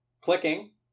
clicking